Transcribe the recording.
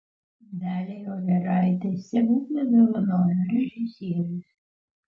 daliai overaitei stebuklą dovanojo režisierius